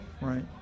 Right